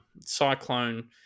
cyclone